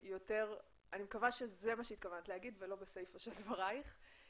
אני מקווה שזה מה שהתכוונת להגיד ולא בסיפה של דבריך.